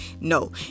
No